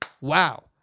wow